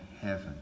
heaven